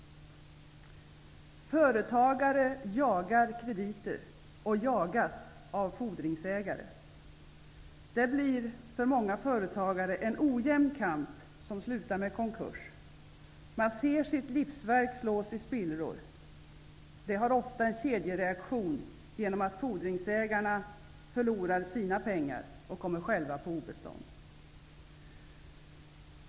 Företagare jagar krediter och jagas av fordringsägare. Det blir för många företagare en ojämn kamp som slutar med konkurs. De ser sitt livsverk slås i spillror. Det är ofta en kedjereaktion genom att fordringsägarna förlorar sina pengar och själva kommer på obestånd.